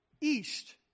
east